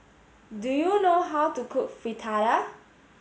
do you know how to cook Fritada